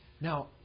Now